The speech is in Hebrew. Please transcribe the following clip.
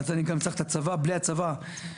אשתי לא צריכה להגיש טפסים למשרד לבט"פ להוציא אקדח,